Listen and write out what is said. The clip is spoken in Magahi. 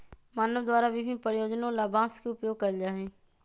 मानव द्वारा विभिन्न प्रयोजनों ला बांस के उपयोग कइल जा हई